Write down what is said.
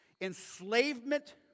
enslavement